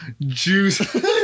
juice